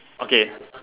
okay